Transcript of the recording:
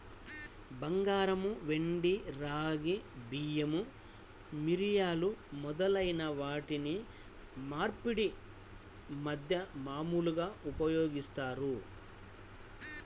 బంగారం, వెండి, రాగి, బియ్యం, మిరియాలు మొదలైన వాటిని మార్పిడి మాధ్యమాలుగా ఉపయోగిత్తారు